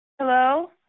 Hello